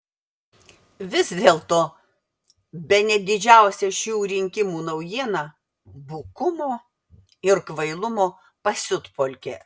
vis dėlto bene didžiausia šių rinkimų naujiena bukumo ir kvailumo pasiutpolkė